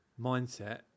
mindset